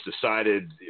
decided –